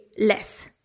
less